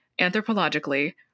Anthropologically